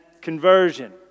conversion